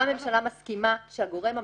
גם הממשלה מסכימה שהגורם המחליט,